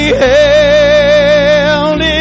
held